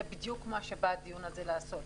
זה בדיוק מה שבא הדיון הזה לעשות.